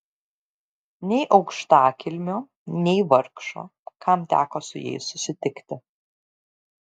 nei aukštakilmio nei vargšo kam teko su jais susitikti